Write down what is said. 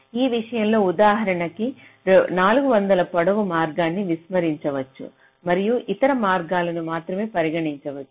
ఈ విషయంలోఉదాహరణకు 400 పొడవు మార్గాన్ని విస్మరించవచ్చు మరియు ఇతర మార్గాలను మాత్రమే పరిగణించవచ్చు